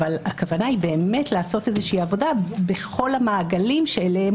אבל הכוונה היא באמת לעשות עבודה בכל המעגלים שאליהם